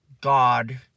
God